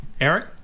Eric